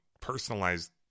personalized